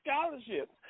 scholarships